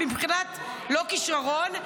לא כישרון,